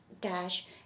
dash